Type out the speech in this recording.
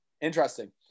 Interesting